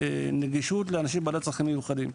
נגישות לאנשים בעלי צרכים מיוחדים.